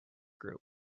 group